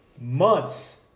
months